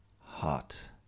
hot